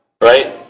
right